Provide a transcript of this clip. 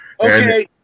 Okay